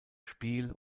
spiel